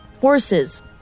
Horses